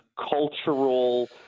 cultural